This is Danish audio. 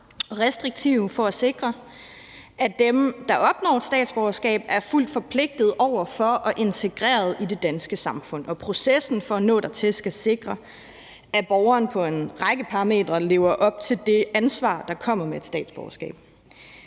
restriktive for at sikre, at dem, der opnår et statsborgerskab, er fuldt forpligtet over for og integreret i det danske samfund, og processen for at nå dertil skal sikre, at borgeren på en række parametre lever op til det ansvar, der kommer med et statsborgerskab.